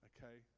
Okay